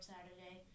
Saturday